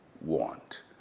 want